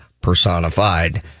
personified